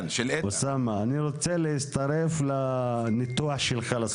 אוסאמה, אני רוצה להצטרף לניתוח שלך לסוגיה.